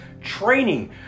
training